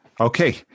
Okay